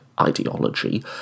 ideology